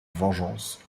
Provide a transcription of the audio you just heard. vengeance